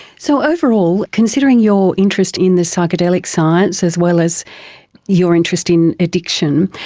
so overall, considering your interest in the psychedelic science as well as your interest in addiction,